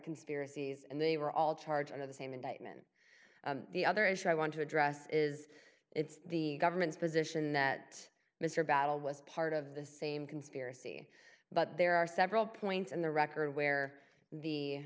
conspiracies and they were all charge under the same indictment the other issue i want to address is it's the government's position that mr battle was part of the same conspiracy but there are several points in the record where the